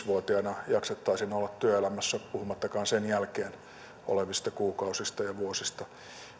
vuotiaana jaksettaisiin olla työelämässä puhumattakaan sen jälkeen tulevista kuukausista ja vuosista